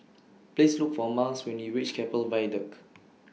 Please Look For Myles when YOU REACH Keppel Viaduct